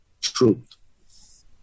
truth